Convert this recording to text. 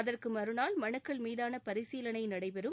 அதற்கு மறநாள் மனுக்கள் மீதான பரிசீலனை நடைபெறும்